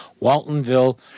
Waltonville